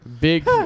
Big